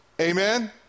amen